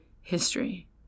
history